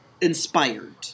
Inspired